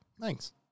Thanks